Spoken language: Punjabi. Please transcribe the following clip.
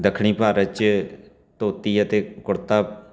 ਦੱਖਣੀ ਭਾਰਤ 'ਚ ਧੋਤੀ ਅਤੇ ਕੁੜਤਾ